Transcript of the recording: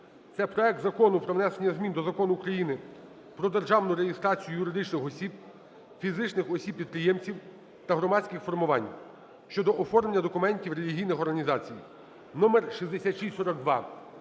це проект Закону про внесення змін до Закону України "Про державну реєстрацію юридичних осіб, фізичних осіб-підприємців та громадських формувань" (щодо оформлення документів релігійних організацій) (№ 6642).